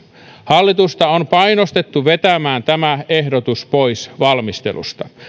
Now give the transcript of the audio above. hallitusta on painostettu vetämään tämä ehdotus pois valmistelusta